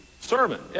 sermon